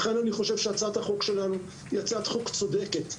לכן, הצעת החוק שלנו היא צודקת ונכונה.